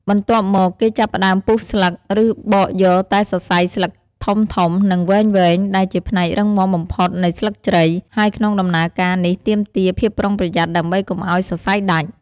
បន្ទាប់មក គេចាប់ផ្តើមពុះស្លឹក ឬបកយកតែសរសៃស្លឹកធំៗ និងវែងៗ ដែលជាផ្នែករឹងមាំបំផុតនៃស្លឹកជ្រៃ ហើយក្នុងដំណើរការនេះទាមទារភាពប្រុងប្រយ័ត្នដើម្បីកុំឲ្យសរសៃដាច់។